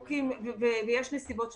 ויש נסיבות שמצדיקות,